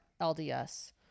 lds